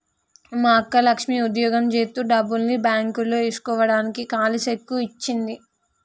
మా అక్క లక్ష్మి ఉద్యోగం జేత్తు డబ్బుల్ని బాంక్ లో ఏస్కోడానికి కాలీ సెక్కు ఇచ్చింది